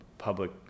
public